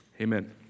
amen